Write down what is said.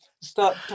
start